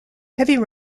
heavy